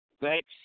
Thanks